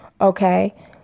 Okay